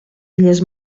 illes